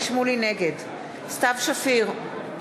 נגד סתיו שפיר,